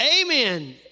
Amen